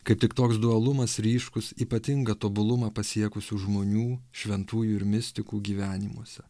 kaip tik toks dualumas ryškus ypatingą tobulumą pasiekusių žmonių šventųjų ir mistikų gyvenimuose